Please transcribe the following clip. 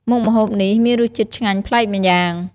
មុខម្ហូបនេះមានរសជាតិឆ្ងាញ់ប្លែកម្យ៉ាង។